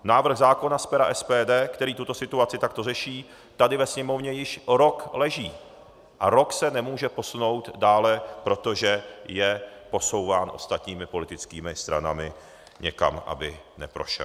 Návrh zákona z pera SPD, který tuto situaci takto řeší, tady ve Sněmovně již rok leží a rok se nemůže posunout dále, protože je posouván ostatními politickými stranami někam, aby neprošel.